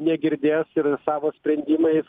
negirdės ir savo sprendimais